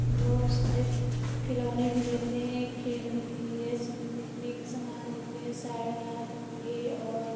बहुत सारी खिलौने भी लेते हैं खेलने के लिए सिंदूर ने के समान लेते हैं साड़ियां कपड़े और